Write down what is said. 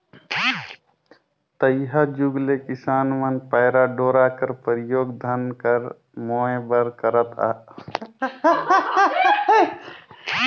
तइहा जुग ले किसान मन पैरा डोरा कर परियोग धान कर मोएर बर करत आत अहे